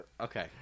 Okay